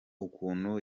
ukuntu